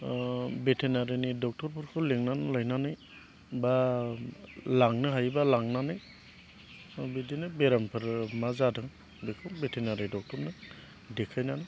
भेटेनारिनि दक्थ'रफोरखौ लेंनानै लायनानै बा लांनो हायोबा लांनानै बिदिनो बेरामफोर मा जादों बेखौ भेटेनारि दक्थरनो देखायनानै